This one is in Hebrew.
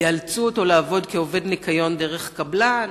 יאלצו אותו לעבוד כעובד ניקיון דרך קבלן